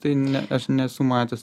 tai ne aš nesu matęs